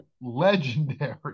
legendary